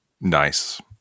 Nice